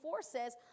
says